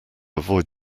avoid